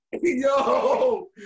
Yo